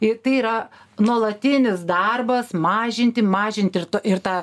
i tai yra nuolatinis darbas mažinti mažinti ir to ir tą